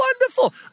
wonderful